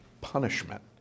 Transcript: punishment